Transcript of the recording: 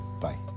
Bye